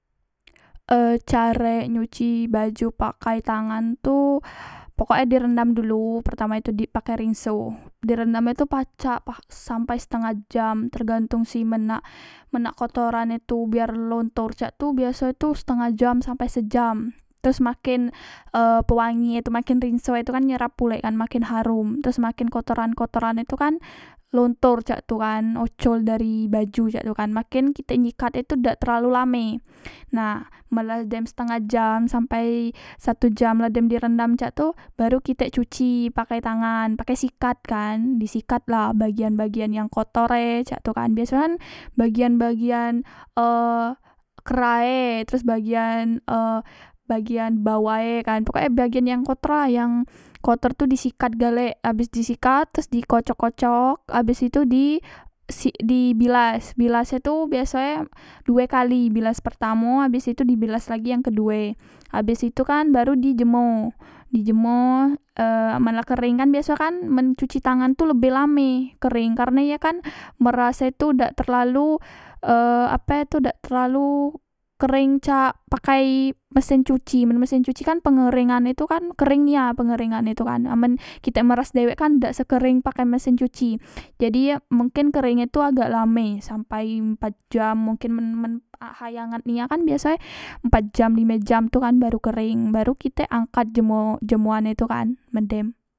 E carek nyuci baju pakai tangan tu pokok e direndam dulu pertama tu pakai rinso direndam e tu pacak sampai setengah jam tergantong si men nak men nak kotoran e tu biar lontor cak tu biasoe tu setengah jam sampai sejam teros maken e pewangi e tu maken rinso e tu kan nyerap pulek maken harum teros makin kotoran kotoran e tu kan lontor cak tu kan ocol dari baju cak tu kan maken kitek nyikat e tu dak terlalu lame nah men la dem setengah jam sampai satu jam la dem di rendam cak tu baru kitek cuci pakai tangan pakai sikat kan sikatlah bagian bagian yang kotor e cak tu kan biaso kan bagian bagian e kera e teros bagian e bagian bawahe kan pokoke bagian yang kotor la yang kotor tu disikat galek abes disikat teros di kocok kocok abes itu di sik di bilas bilas e tu biasoe due kali bilas pertamo abes itu dibilas lagi yang kedue abes itu kan baru di jemo di jemo e amen la kereng kan biaso kan men cuci tangan tu lebih lame kereng karne ye kan meras e tu dak terlalu e ape tu dak terlalu kereng cak pakai mesin cuci men mesin cuci kan pengeringane tu kan kereng nia pengerengane tu kan nah amen kitek meras dewek kan dak sekereng pakai mesin cuci jadi ye mungkin kereng e tu agak lame sampai empat jam mungkin men men ahay angat nian kan biasoe pat jam lime jam tu kan baru kereng baru kitek angkat jemo jemoan e tu kan men dem